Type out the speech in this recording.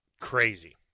crazy